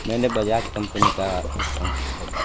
मैंने बजाज कंपनी का एक पंखा खरीदा